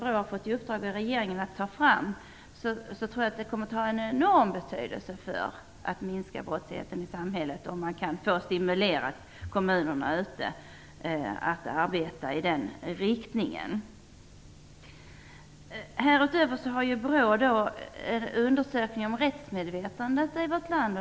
Jag tror att det kommer att få en enorm betydelse för att minska brottsligheten i samhället om man kan stimulera kommunerna att arbeta i den riktningen. Härutöver har BRÅ gjort en undersökning om rättsmedvetandet i vårt land.